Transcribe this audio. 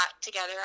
together